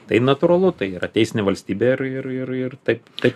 tai natūralu tai yra teisinė valstybė ir ir ir ir taip taip